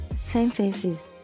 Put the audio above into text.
sentences